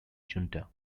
junta